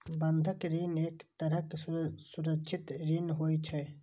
बंधक ऋण एक तरहक सुरक्षित ऋण होइ छै